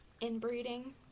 Inbreeding